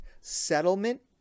settlement